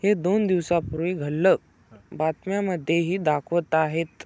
हे दोन दिवसांपूर्वी घडलं बातम्यांमध्येही दाखवत आहेत